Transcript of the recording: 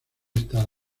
estar